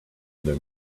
other